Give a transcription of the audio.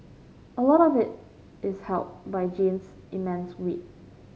a lot of it is helped by Jean's immense wit